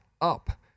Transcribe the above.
up